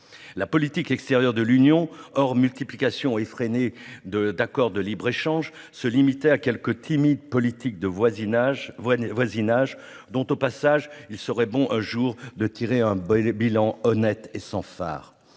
La politique extérieure de l'Union européenne, hors la multiplication effrénée d'accords de libre-échange, se limitait à quelques timides politiques de voisinage, dont, au passage, il serait bon un jour de tirer un bilan honnête et sans fard.